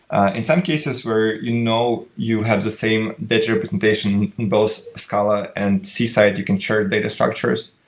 ah in some cases where you know you have the same bit representation in both scala and c side, you can share data structures.